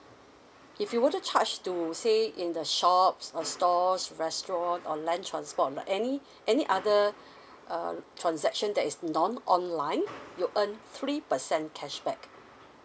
if you were to charge to say in the shops or stores restaurant or land transport like any any other uh transaction that is non online you earn three percent cashback